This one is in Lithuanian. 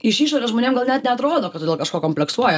iš išorės žmonėm gal net neatrodo kad tu dėl kažko kompleksuoji